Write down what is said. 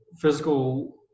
physical